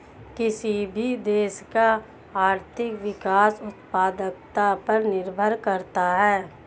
किसी भी देश का आर्थिक विकास उत्पादकता पर निर्भर करता हैं